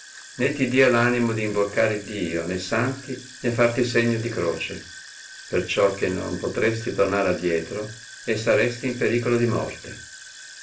né ti dia l animo d invocar iddio né santi né farti segno di croce perciò che non potresti tornar a dietro e staresti in pericolo di morte